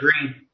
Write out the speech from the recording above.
Green